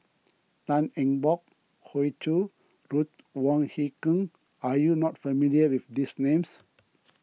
Tan Eng Bock Hoey Choo Ruth Wong Hie King are you not familiar with these names